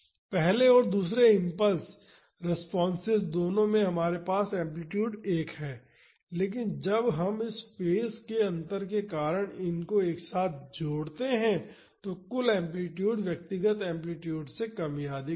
पहले और दूसरे इम्पल्स रेस्पॉन्सेस दोनों में हमारे पास एम्पलीटूड एक है लेकिन जब हम इस फेज के अंतर के कारण इनको एक साथ जोड़ते हैं तो कुल एम्पलीटूड व्यक्तिगत एम्पलीटुडस से कम या अधिक होगा